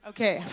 Okay